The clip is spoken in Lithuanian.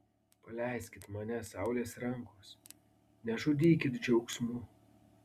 paleiskit mane saulės rankos nežudykit džiaugsmu